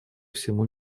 всему